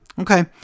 Okay